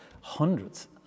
Hundreds